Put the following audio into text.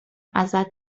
ازت